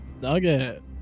Nugget